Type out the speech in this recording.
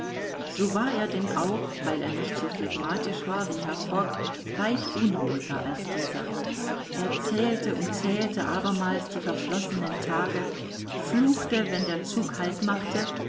so war er denn auch weil er nicht so phlegmatisch war wie herr fogg weit unruhiger als dieser er zählte und zählte abermals die verflossenen tage fluchte wann der zug halt machte